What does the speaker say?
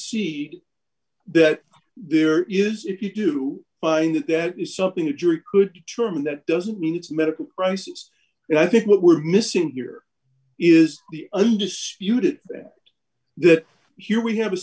see that there is if you do find that that is something the jury could term that doesn't mean it's medical crisis and i think what we're missing here is the undisputed that here we have a